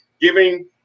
giving